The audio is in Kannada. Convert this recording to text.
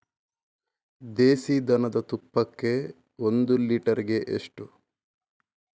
ದೇಸಿ ದನದ ತುಪ್ಪಕ್ಕೆ ಒಂದು ಲೀಟರ್ಗೆ ಎಷ್ಟು?